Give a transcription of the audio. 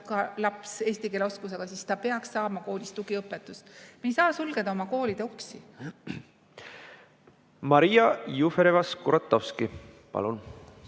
eesti keele oskusega laps, siis ta peaks saama koolis tugiõpetust. Me ei saa sulgeda oma koolide uksi. Maria Jufereva-Skuratovski, palun!